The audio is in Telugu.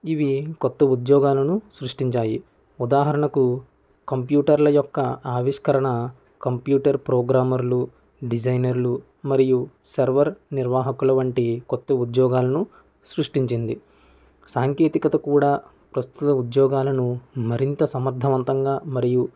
ఇవి కొత్త ఉద్యోగాలను సృష్టించాయి ఉదాహరణకు కంప్యూటర్ల యొక్క ఆవిష్కరణ కంప్యూటర్ ప్రోగ్రామర్లు డిజైనర్లు మరియు సర్వర్ నిర్వాహకుల వంటి కొత్త ఉద్యోగాలను సృష్టించింది సాంకేతికత కూడా ప్రస్తుత ఉద్యోగాలను మరింత సమర్థవంతంగా మరియు